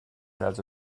also